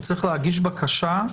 הוא צריך להגיש בקשה?